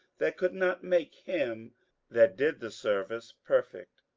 that could not make him that did the service perfect,